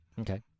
Okay